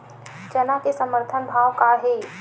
चना के समर्थन भाव का हे?